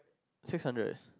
six hundred